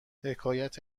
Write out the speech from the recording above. حکایت